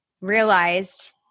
realized